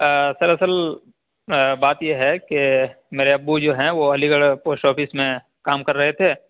آ sir اصل بات یہ ہے کہ میرے ابو جو ہیں وہ علی گڑھ پوسٹ آفس میں کام کر رہے تھے